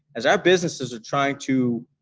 as our businesses are trying to